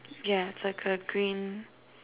yeah it's like a green